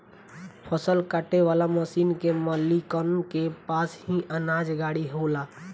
फसल काटे वाला मशीन के मालिकन के पास ही अनाज गाड़ी होला